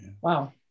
Wow